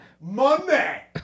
Monday